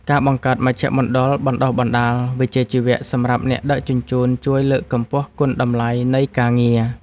ការបង្កើតមជ្ឈមណ្ឌលបណ្ដុះបណ្ដាលវិជ្ជាជីវៈសម្រាប់អ្នកដឹកជញ្ជូនជួយលើកកម្ពស់គុណតម្លៃនៃការងារ។